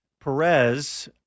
Perez